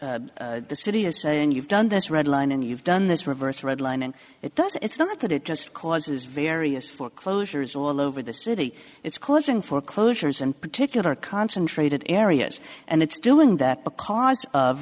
here the city is saying you've done this red line and you've done this reverse redlining it does it's not that it just causes various foreclosures all over the city it's causing foreclosures and particular concentrated areas and it's doing that because of